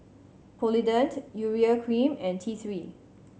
Polident Urea Cream and T Three